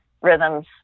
rhythms